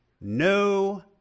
No